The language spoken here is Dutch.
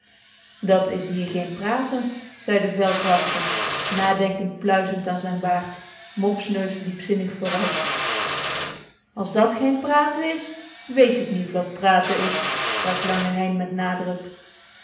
dat is hier geen praten zei de veldwachter nadenkend pluizend aan zijn baard mopsneus diepzinnig vooruit as dat geen praten is weet ik niet wat praten is sprak lange hein met nadruk